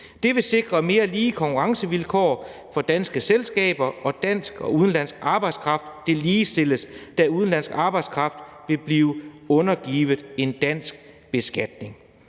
Det vil sikre mere lige konkurrencevilkår for danske selskaber, og dansk og udenlandsk arbejdskraft ligestilles, da udenlandsk arbejdskraft vil blive undergivet en dansk beskatning.